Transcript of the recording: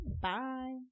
Bye